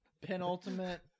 penultimate